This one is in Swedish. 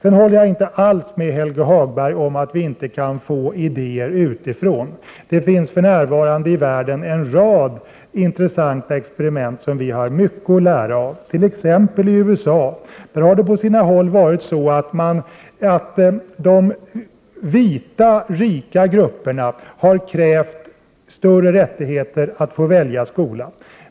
Jag håller inte alls med Helge Hagberg om att vi inte kan få idéer utifrån. Det görs för närvarande en rad intressanta experiment ute i världen som vi har mycket att lära av, t.ex. i USA. Där har det på sina håll varit så att de vita rika grupperna har krävt större rättigheter att få välja skola.